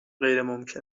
غیرممکن